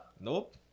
Nope